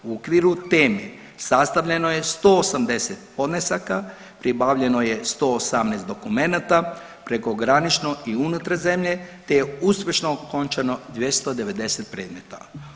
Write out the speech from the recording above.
U okviru teme sastavljeno je 180 podnesaka, pribavljeno je 118 dokumenata, prekogranično i unutar zemlje te je uspješno okončano 290 predmeta.